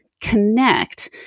connect